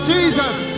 Jesus